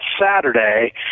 Saturday